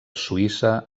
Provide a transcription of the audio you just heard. suïssa